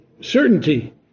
certainty